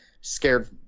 scared